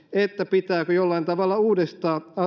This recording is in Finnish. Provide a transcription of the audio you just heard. pitääkö jollain tavalla uudistaa